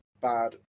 bad